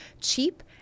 cheap